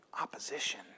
Opposition